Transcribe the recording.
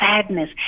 sadness